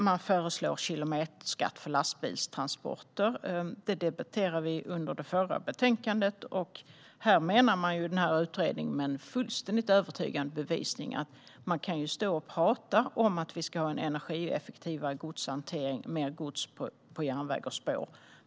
Den föreslår kilometerskatt för lastbilstransporter. Det debatterade vi i samband med det förra betänkandet. Utredningen menar, med en fullständigt övertygande bevisning, att man visst kan stå och prata om att vi ska ha en energieffektivare godshantering med mer gods på järnväg och spår.